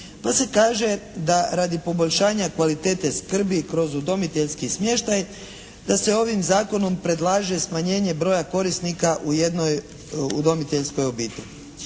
pa se kaže da radi poboljšanja kvalitete skrbi kroz udomiteljski smještaj da se ovim zakonom predlaže smanjenje broja korisnika u jednoj udomiteljskoj obitelji.